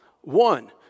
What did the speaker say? one